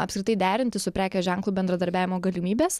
apskritai derinti su prekės ženklu bendradarbiavimo galimybes